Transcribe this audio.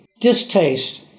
distaste